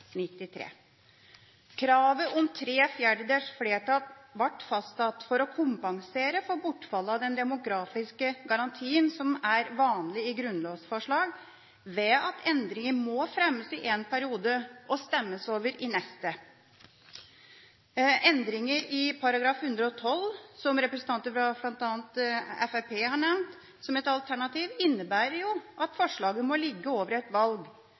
Kravet om tre fjerdedels flertall ble fastsatt for å kompensere for bortfallet av den demokratiske garantien som er vanlig i grunnlovsforslag, ved at endringer må fremmes i en periode og stemmes over i neste. Endringer i § 112, som representanter fra bl.a. Fremskrittspartiet har nevnt som et alternativ, innebærer at forslaget må ligge over et valg.